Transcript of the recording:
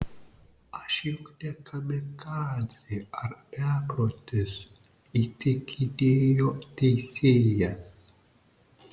aš juk ne kamikadzė ar beprotis įtikinėjo teisėjas